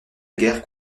guerre